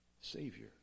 Savior